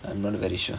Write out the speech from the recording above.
I not very sure